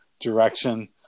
direction